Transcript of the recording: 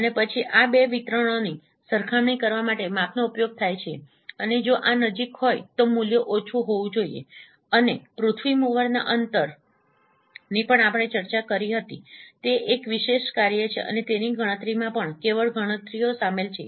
અને પછી આ બે વિતરણોની સરખામણી કરવા માટે માપનો ઉપયોગ થાય છે અને જો આ નજીક હોય તો મૂલ્ય ઓછું હોવું જોઈએ અને પૃથ્વી મૂવરના અંતરearth mover's distanceની પણ આપણે ચર્ચા કરી હતી તે એક વિશેષ અંતર કાર્ય છે અને તેની ગણતરીમાં પણ કેવળ ગણતરીઓ સામેલ છે